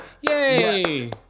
yay